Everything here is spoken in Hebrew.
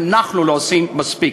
ואנחנו לא עושים מספיק.